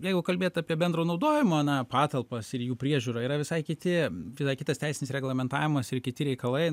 jeigu kalbėt apie bendro naudojimo patalpas ir jų priežiūrą yra visai kiti visai kitas teisinis reglamentavimas ir kiti reikalai